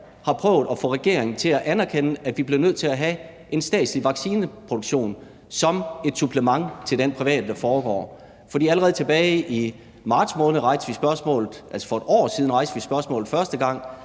år prøvet at få regeringen til at anerkende, at vi bliver nødt til at have en statslig vaccineproduktion som et supplement til den private, der foregår. Allerede tilbage i marts måned – altså for et år siden